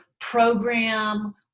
program